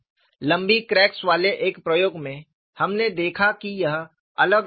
लंबी क्रैक्स वाले एक प्रयोग में हमने देखा कि यह अलग अलग है